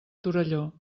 torelló